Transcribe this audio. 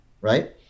right